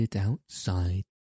outside